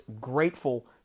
grateful